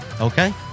Okay